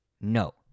No